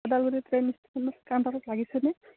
Udalguri train station কাউণ্টাৰত লাগিছেনে